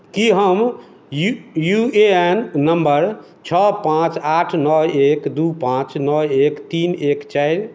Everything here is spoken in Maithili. की हम यू ए एन नम्बर छओ पाँच आठ नओ एक दू पाँच नओ एक तीन एक चारि